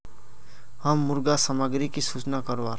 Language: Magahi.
हम मुर्गा सामग्री की सूचना करवार?